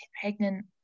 pregnant